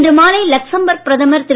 இன்று மாலை லக்சம்பர்க் பிரதமர் திரு